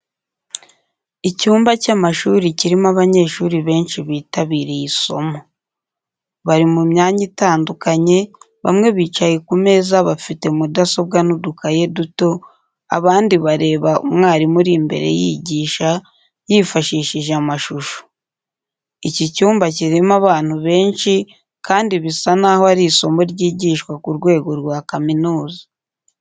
Icyumba cy’amashuri kirimo abanyeshuri benshi bitabiriye isomo. Bari mu myanya itandukanye, bamwe bicaye ku meza bafite mudasobwa n’udukaye duto, abandi bareba umwarimu uri imbere yigisha yifashishije amashusho. Iki cyumba kirimo abantu benshi kandi bisa naho ari isomo ryigishwa ku rwego rwa kaminuza.